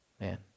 Man